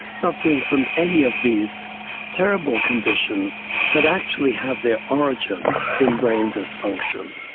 suffering from any of these terrible conditions that actually have their origin in brain dysfunction?